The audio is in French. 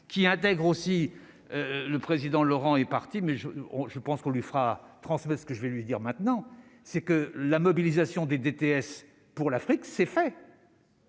qui intègre aussi le président Laurent est parti mais je, je pense qu'on lui fera français ce que je vais lui dire maintenant, c'est que la mobilisation des DTS pour l'Afrique, c'est fait.